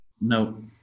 No